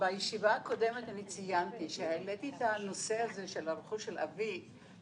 בישיבה הקודמת אני ציינתי שהעליתי את הנושא הזה של הרכוש של אבי,